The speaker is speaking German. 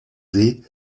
see